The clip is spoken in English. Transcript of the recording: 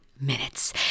minutes